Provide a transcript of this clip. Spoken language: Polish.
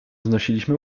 znosiliśmy